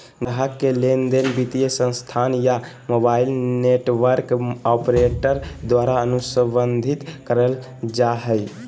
ग्राहक के लेनदेन वित्तीय संस्थान या मोबाइल नेटवर्क ऑपरेटर द्वारा अनुबंधित कइल जा हइ